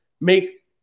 Make